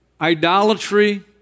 Idolatry